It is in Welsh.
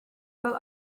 fel